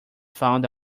found